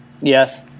yes